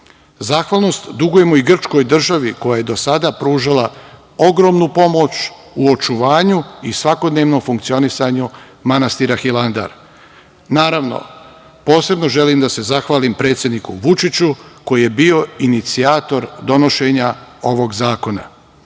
zakona. Zahvalnost dugujemo i Grčkoj državi, koja je do sada pružala ogromnu pomoć, u očuvanju i svakodnevnom funkcionisanju manastira Hilandar, a naravno, posebno želim da se zahvalim predsedniku Vučiću, koji je bio inicijator donošenja ovog zakona. Konačno